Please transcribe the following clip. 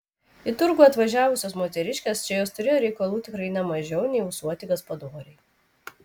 į turgų atvažiavusios moteriškės čia jos turėjo reikalų tikrai ne mažiau nei ūsuoti gaspadoriai